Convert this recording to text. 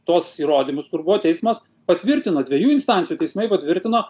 tuos įrodymus kur buvo teismas patvirtino dviejų instancijų teismai patvirtino